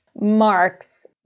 marks